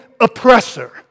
oppressor